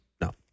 no